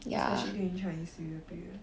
especially during chinese new year period